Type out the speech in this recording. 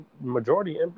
majority